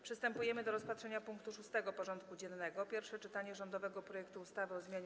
Przystępujemy do rozpatrzenia punktu 6. porządku dziennego: Pierwsze czytanie rządowego projektu ustawy o zmianie